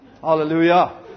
Hallelujah